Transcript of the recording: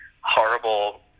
horrible